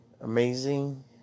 amazing